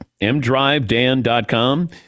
mdrivedan.com